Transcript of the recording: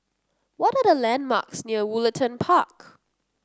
what are the landmarks near Woollerton Park